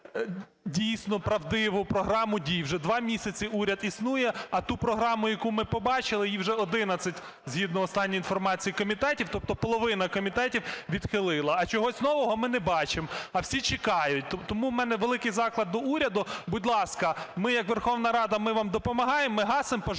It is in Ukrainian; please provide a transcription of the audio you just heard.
дійсно правдиву програму дій. Вже 2 місяці уряд існує, а ту програму, яку ми побачили, її вже 11, згідно останньої інформації, комітетів, тобто половина комітетів відхилила, а чогось нового ми не бачимо. А всі чекають. Тому в мене великий заклик до уряду: будь ласка, ми як Верховна Рада, ми вам допомагаємо, ми гасимо пожежі,